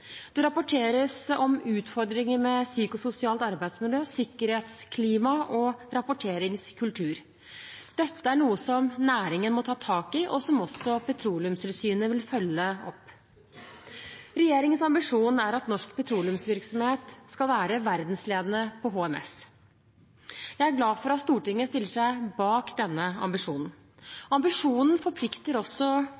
Det rapporteres om utfordringer med psykososialt arbeidsmiljø, sikkerhetsklima og rapporteringskultur. Dette er noe som næringen må ta tak i, og som også Petroleumstilsynet vil følge opp. Regjeringens ambisjon er at norsk petroleumsvirksomhet skal være verdensledende på HMS. Jeg er glad for at Stortinget stiller seg bak denne ambisjonen.